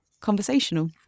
conversational